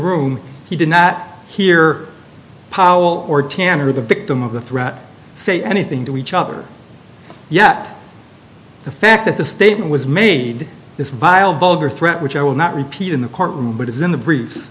room he did not hear powell or tanner the victim of the threat say anything to each other yet the fact that the statement was made this vile bulger threat which i will not repeat in the courtroom but is in the brief